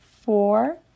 four